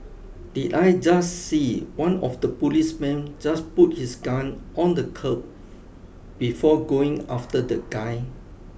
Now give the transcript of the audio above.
did I just see one of the policemen just put his gun on the curb before going after the guy